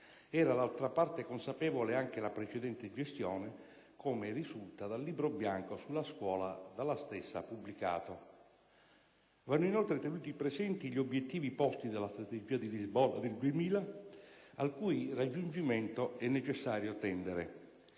era d'altra parte consapevole anche la precedente gestione, come risulta dal Libro bianco sulla scuola dalla stessa pubblicato. Vanno inoltre tenuti presenti gli obiettivi posti dalla Strategia di Lisbona del 2000, al cui raggiungimento è necessario tendere.